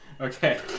Okay